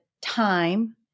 time